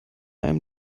einem